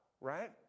right